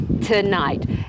tonight